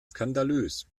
skandalös